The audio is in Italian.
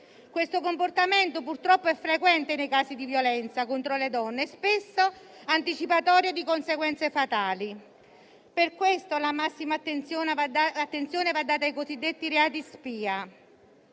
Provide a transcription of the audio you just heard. Tale comportamento è frequente nei casi di violenza contro le donne e spesso anticipatorio di conseguenze fatali. Per questo la massima attenzione va data ai cosiddetti reati spia.